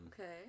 Okay